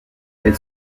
elle